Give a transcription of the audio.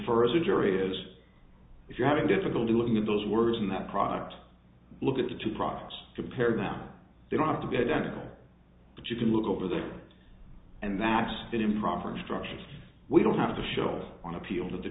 jury is if you're having difficulty looking at those words in that product look at the two products compare them they don't have to be identical but you can look over their heads and that's an improper instruction we don't have to show on appeal to the